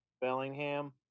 Bellingham